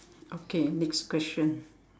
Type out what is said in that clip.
okay next question